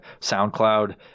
SoundCloud